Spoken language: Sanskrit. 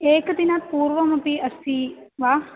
एकदिनात् पूर्वमपि अस्ति वा